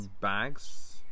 bags